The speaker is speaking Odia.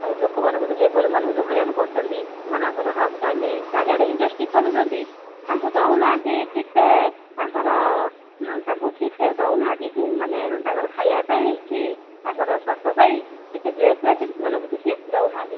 ଆଉ ଲୋକମାନେ ଲେବର୍ମାନଙ୍କୁ ଯୋଉ ହଇରାଣ କରୁଛନ୍ତି ସେମାନଙ୍କର ହେବ ଚାରିଆଡ଼େ ଇଣ୍ଡଷ୍ଟ୍ରି ଖୋଲୁଛନ୍ତି ତାଙ୍କୁ ଦେଉନାହାନ୍ତି ଠିକ୍ ତାଙ୍କର ତାଙ୍କୁ ଠିକ୍ ସେ ଦେଉନାହାନ୍ତି ମାନେ ତାଙ୍କର ଖାଇବା ପାଇଁ କି ତାଙ୍କର ସ୍ୱାସ୍ଥ୍ୟ ପାଇଁ କିଛି ଡ୍ରେସ୍ ଫ୍ରେସ୍ ସେମାନଙ୍କୁ କିଛି ଦଉନାହାନ୍ତି